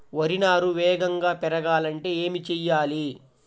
వరి నారు వేగంగా పెరగాలంటే ఏమి చెయ్యాలి?